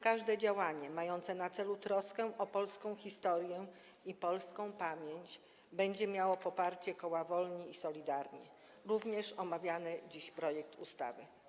Każde działanie mające na celu troskę o polską historię i polską pamięć będzie miało poparcie koła Wolni i Solidarni, również omawiany dziś projekt ustawy.